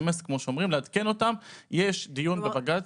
לעדכן אותם שיש דיון בבג"ץ.